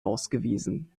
ausgewiesen